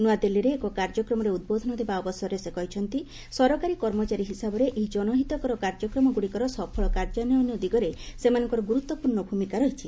ନୂଆଦିଲ୍ଲୀରେ ଏକ କାର୍ଯ୍ୟକ୍ରମରେ ଉଦ୍ବୋଧନ ଦେବା ଅବସରରେ ସେ କହିଛନ୍ତି ସରକାରୀ କର୍ମଚାରୀ ହିସାବରେ ଏହି ଜନହିତକର କାର୍ଯ୍ୟକ୍ରମଗୁଡ଼ିକର ସଫଳ କାର୍ଯ୍ୟାନ୍ୱୟନ ଦିଗରେ ସେମାନଙ୍କର ଗୁରୁତ୍ୱପୂର୍ଣ୍ଣ ଭୂମିକା ରହିଛି